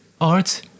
art